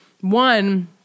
one